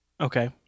Okay